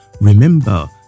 Remember